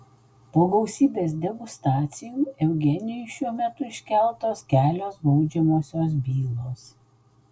po gausybės degustacijų eugenijui šiuo metu iškeltos kelios baudžiamosios bylos